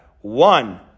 one